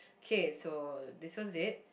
okay so this was it